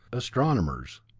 astronomers.